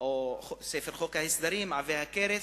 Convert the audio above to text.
חוק ההסדרים עב הכרס,